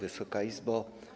Wysoka Izbo!